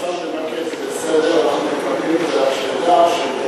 בשביל הפרוצדורה אני